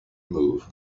move